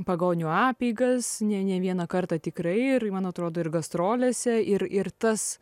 pagonių apeigas ne ne vieną kartą tikrai ir man atrodo ir gastrolėse ir ir tas